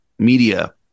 media